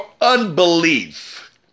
unbelief